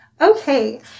Okay